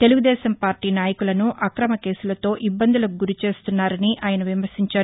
Telugu Desam party నాయకులను అక్రమ కేసులతో ఇబ్బందులకు గురిచేస్తున్నారని ఆయన విమర్శించారు